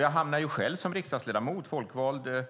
Jag hamnar själv som folkvald